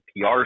PR